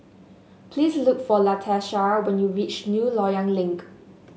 please look for Latesha when you reach New Loyang Link